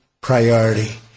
priority